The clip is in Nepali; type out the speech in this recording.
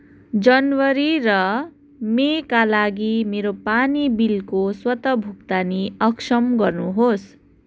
जनवरी र मेका लागि मेरो पानी बिलको स्वत भुक्तानी अक्षम गर्नुहोस्